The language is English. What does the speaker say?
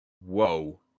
Whoa